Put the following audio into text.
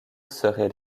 serait